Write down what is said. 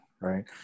right